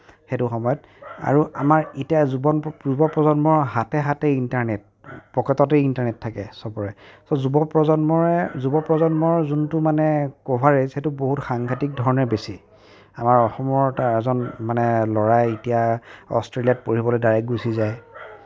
সেইটো সময়ত আৰু আমাৰ এতিয়া যুৱন যুৱ প্ৰজন্মৰ হাতে হাতে ইণ্টাৰ্নেট পকেটতে ইণ্টাৰ্নেট থাকে চৰবে চ' যুৱ প্ৰজন্মৰে যুৱ প্ৰজন্মৰ যোনটো মানে কভাৰেজ সেইটো বহুত সংঘাটিক ধৰণে বেছি আমাৰ অসমৰ এটা এজন ল'ৰাই এতিয়া অষ্ট্ৰেলিয়াত পঢ়িব ডাইৰেক্ট গুচি যায়